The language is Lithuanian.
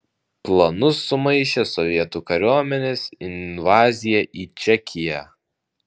planus sumaišė sovietų kariuomenės invazija į čekiją